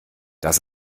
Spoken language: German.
das